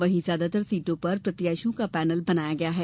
वहीं ज्यादातर सीटों पर प्रत्याशियों का पैनल बनाया गया है